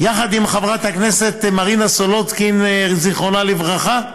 יחד עם חברת הכנסת מרינה סולודקין, זיכרונה לברכה?